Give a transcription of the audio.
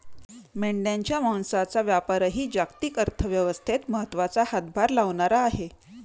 मेंढ्यांच्या मांसाचा व्यापारही जागतिक अर्थव्यवस्थेत महत्त्वाचा हातभार लावणारा आहे